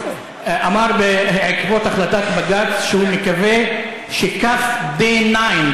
אמר בעקבות החלטת בג"ץ שהוא מקווה שכף D9,